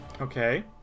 Okay